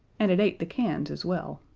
and it ate the cans as well.